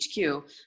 HQ